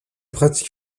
pratiques